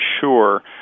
sure